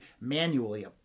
manually